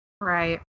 Right